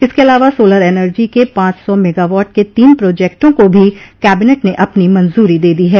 इसके अलावा solar energy के पांच सौ मेगावाट के तीन प्रोजेक्टों को भी कैबिनेट ने अपनी मंजूरी दे दी है